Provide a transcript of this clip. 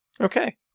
Okay